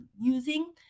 using